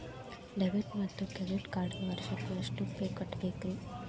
Debit ಮತ್ತು credit ಕಾರ್ಡ್ಗೆ ವರ್ಷಕ್ಕ ಎಷ್ಟ ಫೇ ಕಟ್ಟಬೇಕ್ರಿ?